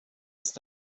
ist